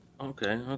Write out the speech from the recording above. Okay